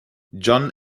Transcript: john